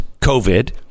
COVID